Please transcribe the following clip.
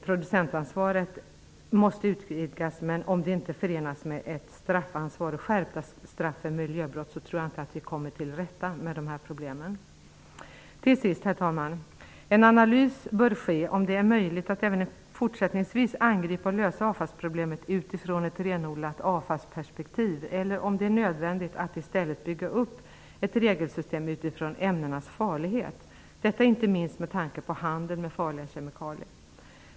Producentansvaret måste utvidgas men om det inte förenas med ett straffansvar och skärpta straff för miljöbrott tror jag inte att vi kommer till rätta med de här problemen. Till sist, herr talman! En analys bör ske om det är möjligt att även fortsättningsvis angripa och lösa avfallsproblemet utifrån ett renodlat avfallsperspektiv eller om det är nödvändigt att i stället bygga upp ett regelsystem utifrån ämnenas farlighet. Detta gäller inte minst med tanke på handeln med farliga kemikalier.